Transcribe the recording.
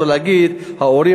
ולהגיד: ההורים,